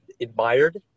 admired